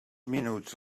minuts